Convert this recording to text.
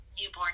newborn